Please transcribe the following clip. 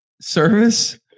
Service